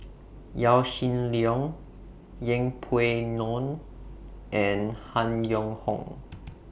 Yaw Shin Leong Yeng Pway Ngon and Han Yong Hong